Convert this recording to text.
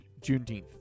Juneteenth